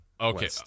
Okay